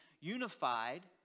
unified